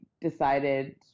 decided